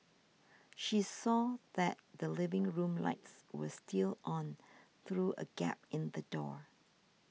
she saw that the living room lights were still on through a gap in the door